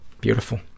Beautiful